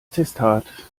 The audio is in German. testat